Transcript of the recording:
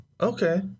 okay